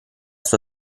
sua